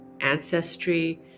ancestry